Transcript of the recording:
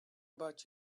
about